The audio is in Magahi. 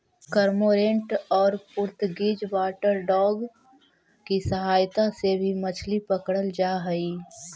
कर्मोंरेंट और पुर्तगीज वाटरडॉग की सहायता से भी मछली पकड़रल जा हई